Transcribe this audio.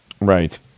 Right